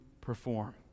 perform